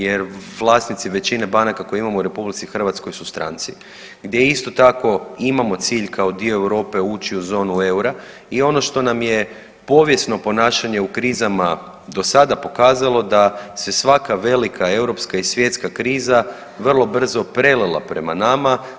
Jer vlasnici većine banaka koje imamo u Republici Hrvatskoj su stranci, gdje isto tako imamo cilj kao dio Europe ući u zonu eura i ono što nam je povijesno ponašanje u krizama do sada pokazalo da se svaka velika europska i svjetska kriza vrlo brzo prelila prema nama.